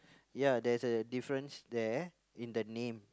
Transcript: ya there's a difference there in the name